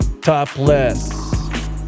topless